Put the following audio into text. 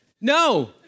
No